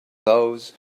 those